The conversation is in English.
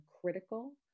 critical